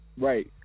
right